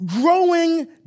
growing